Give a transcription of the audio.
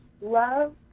love